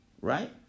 Right